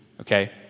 okay